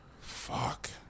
Fuck